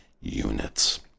units